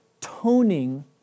toning